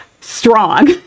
strong